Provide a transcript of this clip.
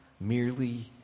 merely